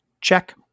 Check